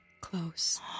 Close